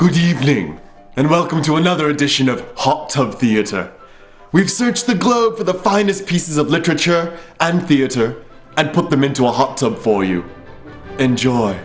good evening and welcome to another edition of hot tub theater we've searched the globe for the finest pieces of literature and theater and put them into a hot tub for you enjoy